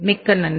மிக்க நன்றி